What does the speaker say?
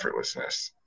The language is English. effortlessness